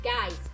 Guys